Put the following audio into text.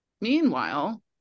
meanwhile